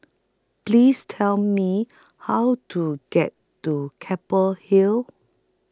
Please Tell Me How to get to Keppel Hill